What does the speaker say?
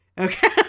Okay